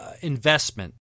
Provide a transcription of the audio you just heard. investment